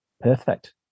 Perfect